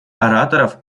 ораторов